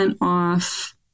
off